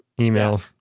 email